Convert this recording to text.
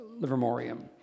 Livermorium